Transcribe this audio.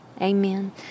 Amen